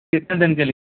कितने दिन के लिए